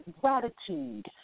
gratitude